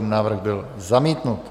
Návrh byl zamítnut.